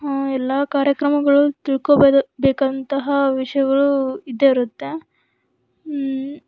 ಎಲ್ಲ ಕಾರ್ಯಕ್ರಮಗಳು ತಿಳ್ಕೋಬೋದು ಬೇಕಂತಹ ವಿಷಯಗಳು ಇದ್ದೇ ಇರುತ್ತೆ